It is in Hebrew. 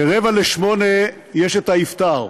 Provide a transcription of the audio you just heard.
ב-19:45 האפטאר,